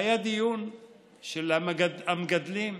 והיה דיון של המגדלים.